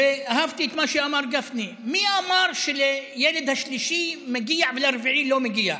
אהבתי את מה שאמר גפני: מי אמר שלילד השלישי מגיע ולרביעי לא מגיע?